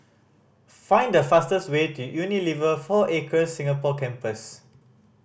find the fastest way to Unilever Four Acres Singapore Campus